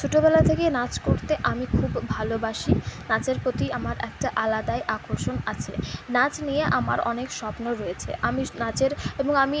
ছোটবেলা থেকেই নাচ করতে আমি খুব ভালোবাসি নাচের প্রতি আমার একটা আলাদাই আকর্ষণ আছে নাচ নিয়ে আমার অনেক স্বপ্ন রয়েছে আমি নাচের এবং আমি